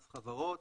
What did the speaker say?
מס חברות,